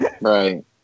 Right